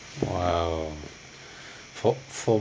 !wow! for for